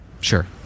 Sure